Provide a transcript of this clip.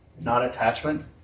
non-attachment